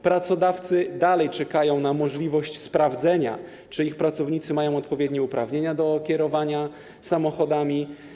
Pracodawcy dalej czekają na możliwość sprawdzenia, czy ich pracownicy mają odpowiednie uprawnienia do kierowania samochodami.